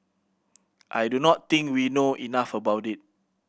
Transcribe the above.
I do not think we know enough about it